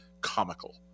comical